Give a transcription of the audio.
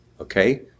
Okay